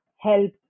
help